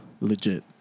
legit